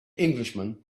englishman